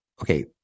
Okay